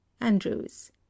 andrews